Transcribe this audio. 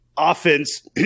offense